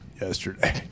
yesterday